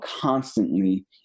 constantly